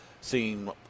seen